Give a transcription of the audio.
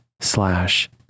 slash